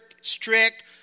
strict